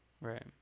Right